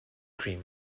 cream